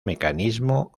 mecanismo